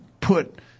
put